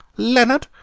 leonard!